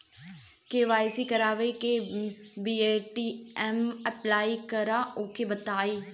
KYC करावे के बा ए.टी.एम अप्लाई करा ओके बताई?